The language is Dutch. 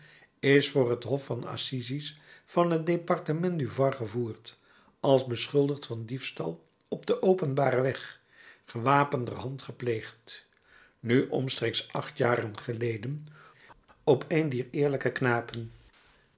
is voor het hof van assises van het departement du var gevoerd als beschuldigd van diefstal op den openbaren weg gewapenderhand gepleegd nu omstreeks acht jaar geleden op een dier eerlijke knapen